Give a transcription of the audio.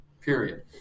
period